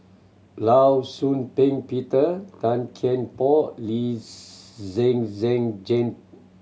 Law Shau Ping Peter Tan Kian Por Lee Zhen Zhen Jane